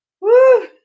Woo